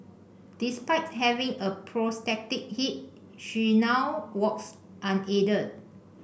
despite having a prosthetic hip she now walks unaided